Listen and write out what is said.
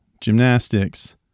gymnastics